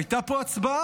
הייתה פה הצבעה,